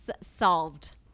solved